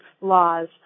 laws